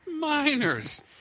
Miners